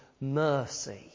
mercy